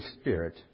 Spirit